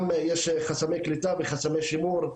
יש גם חסמי קליטה וחסמי שימור,